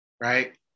right